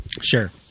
Sure